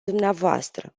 dvs